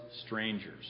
strangers